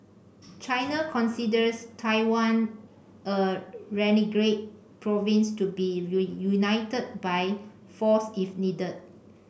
China considers Taiwan a renegade province to be reunited by force if needed